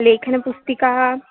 लेखनपुस्तिका